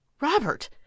Robert